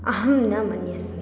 अहं न मन्ये